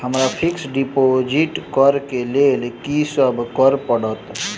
हमरा fix deposit करऽ केँ लेल की सब करऽ पड़त?